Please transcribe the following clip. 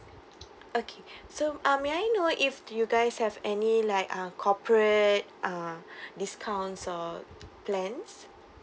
okay so uh may I know if you guys have any like uh corporate uh discounts or plans